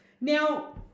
Now